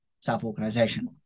Self-organization